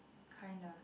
kinda